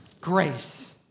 grace